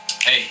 Hey